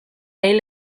hil